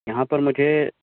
یہاں پر مجھے